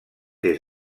des